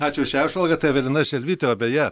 ačiū už šią apžvalgą tai evelina želvytė o beje